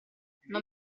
non